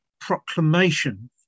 proclamation